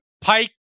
Pike